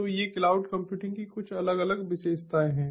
तो ये cloud computing की कुछ अलग विशेषताएं हैं